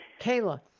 Kayla